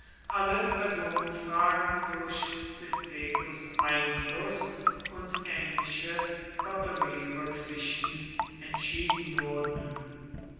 alle personenfragen durch cethegus einfluß und ähnliche koterierücksichten entschieden wurden